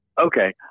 Okay